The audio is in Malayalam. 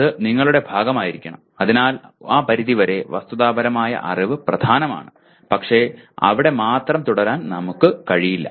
അത് നിങ്ങളുടെ ഭാഗമായിരിക്കണം അതിനാൽ ആ പരിധിവരെ വസ്തുതാപരമായ അറിവ് പ്രധാനമാണ് പക്ഷേ അവിടെ മാത്രം തുടരാൻ നമുക്ക് കഴിയില്ല